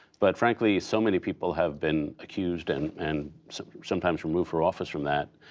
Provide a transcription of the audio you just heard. but, frankly, so many people have been accused and and so sometimes removed for office from that,